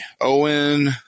Owen